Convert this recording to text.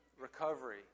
recovery